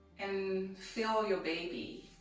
and feel your baby.